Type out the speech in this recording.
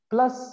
Plus